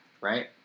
Right